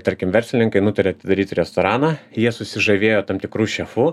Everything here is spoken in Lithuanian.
tarkim verslininkai nutaria atidaryti restoraną jie susižavėjo tam tikrus šefu